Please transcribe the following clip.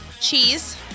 Cheese